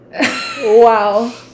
wow